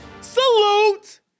Salute